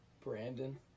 Brandon